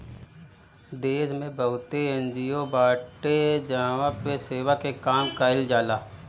देस में बहुते एन.जी.ओ बाटे जहवा पे सेवा के काम कईल जाला